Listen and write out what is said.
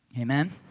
Amen